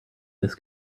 this